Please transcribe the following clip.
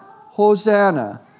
Hosanna